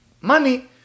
money